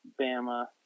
Bama